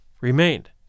remained